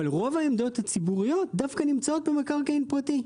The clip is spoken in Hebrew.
אבל רוב העמדות הציבוריות דווקא נמצאות במקרקעין פרטי,